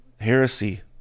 heresy